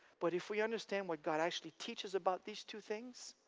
but if we understand what god actually teaches about these two things,